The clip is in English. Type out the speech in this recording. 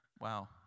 wow